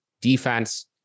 defense